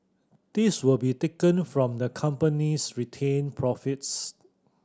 this will be taken from the company's retained profits